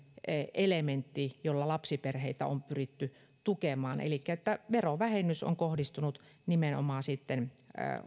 elementti jolla lapsiperheitä on pyritty tukemaan elikkä verovähennys on kohdistunut nimenomaan